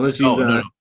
No